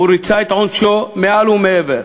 הוא ריצה את עונשו מעל ומעבר.